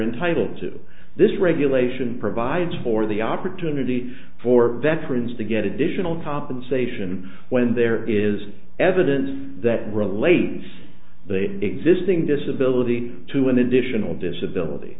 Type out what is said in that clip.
entitle to this regulation provides for the opportunity for veterans to get additional compensation when there is evidence that relates the existing disability to an additional disability